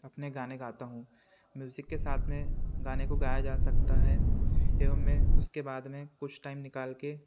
अपने गाने गाता हूँ म्यूज़िक के साथ में गाने को गाया जा सकता है एवं मैं उसके बाद में कुछ टाइम निकाल के